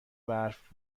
برف